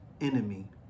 enemy